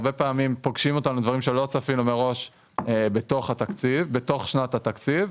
הרבה פעמים פוגשים אותנו דברים שלא צפינו מראש בתוך שנת התקציב,